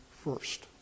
first